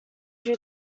due